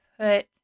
put